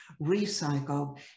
recycled